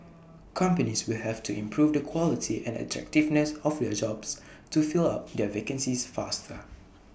companies will have to improve the quality and attractiveness of their jobs to fill up their vacancies faster